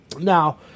Now